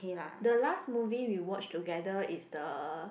the last movie we watch together is the